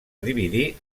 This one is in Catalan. dividir